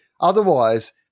Otherwise